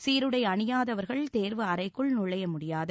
சீருடை அணியாதவர்கள் தேர்வு அறைக்குள் நுழைய முடியாது